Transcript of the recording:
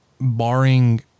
barring